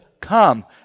Come